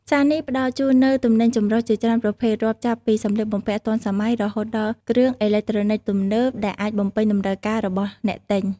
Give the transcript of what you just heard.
ផ្សារនេះផ្តល់ជូននូវទំនិញចម្រុះជាច្រើនប្រភេទ រាប់ចាប់ពីសម្លៀកបំពាក់ទាន់សម័យ រហូតដល់គ្រឿងអេឡិចត្រូនិកទំនើប ដែលអាចបំពេញតម្រូវការរបស់អ្នកទិញ។